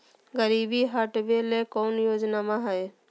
गरीबी हटबे ले कोई योजनामा हय?